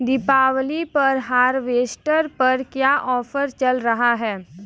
दीपावली पर हार्वेस्टर पर क्या ऑफर चल रहा है?